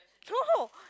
throw